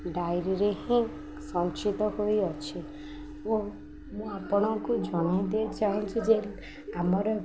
ଡାଇରୀରେ ହିଁ ସଞ୍ଚିତ ହୋଇଅଛି ଓ ମୁଁ ଆପଣଙ୍କୁ ଜଣାଇ ଦିଏ ଚାହୁଁଛି ଯେ ଆମର